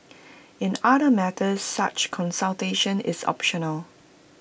in other matters such consultation is optional